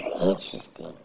interesting